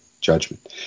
Judgment